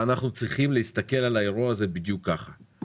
ואנחנו צריכים להסתכל על האירוע הזה בדיוק ככה.